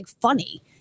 funny